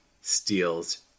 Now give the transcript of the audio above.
steals